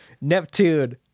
neptune